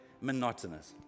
monotonous